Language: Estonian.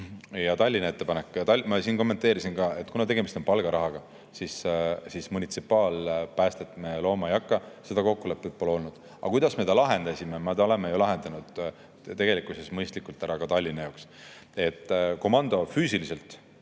Ja Tallinna ettepanek. Ma siin kommenteerisin ka. Kuna tegemist on palgarahaga, siis munitsipaalpäästet me looma ei hakka, seda kokkulepet pole olnud. Aga kuidas me ta lahendasime? Me oleme selle lahendanud tegelikkuses mõistlikult ära ka Tallinna jaoks. Komando füüsiliselt